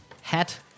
hat